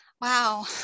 wow